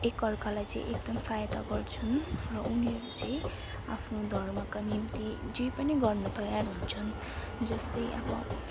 एकअर्कालाई चाहिँ एकदम सहायता गर्छन् र उनीहरू चाहिँ आफ्नो धर्मका निम्ति जे पनि गर्न तयार हुन्छन् जस्तै अब